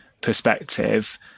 perspective